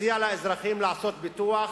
לעשות ביטוח,